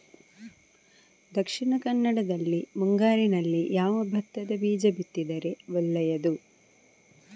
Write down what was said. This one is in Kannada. ದಕ್ಷಿಣ ಕನ್ನಡದಲ್ಲಿ ಮುಂಗಾರಿನಲ್ಲಿ ಯಾವ ಭತ್ತದ ಬೀಜ ಬಿತ್ತಿದರೆ ಒಳ್ಳೆಯದು?